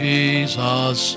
Jesus